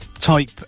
Type